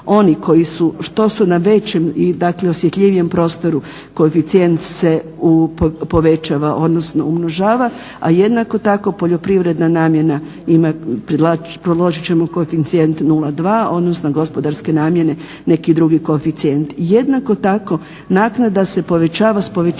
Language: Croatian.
Oni koji su, što su na većim i osjetljivijem prostoru koeficijent se povećava, odnosno umnožava. A jednako tako poljoprivredna namjena ima, predložit ćemo koeficijent 0,2, odnosno gospodarske namjene neki drugi koeficijent. Jednako tako naknada se povećava s povećanjem